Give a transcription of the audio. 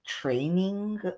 training